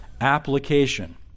application